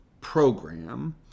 program